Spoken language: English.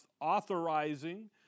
authorizing